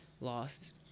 lost